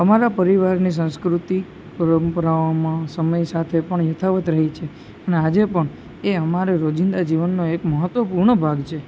અમારા પરિવારની સંસ્કૃતિ પરંપરાઓમાં સમય સાથે પણ યથાવત રહી છે અને આજે પણ એ અમારે રોજિંદા જીવનનો એક મહત્વપૂર્ણ ભાગ છે